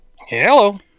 hello